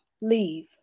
Leave